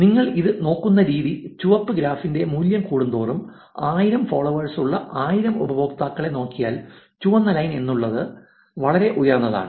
നിങ്ങൾ ഇത് നോക്കുന്ന രീതി ചുവപ്പ് ഗ്രാഫിന്റെ മൂല്യം കൂടുന്തോറും 1000 ഫോളോവേഴ്സുള്ള 1000 ഉപയോക്താക്കളെ നോക്കിയാൽ ചുവന്ന ലൈൻ എന്നത് വളരെ ഉയർന്നതാണ്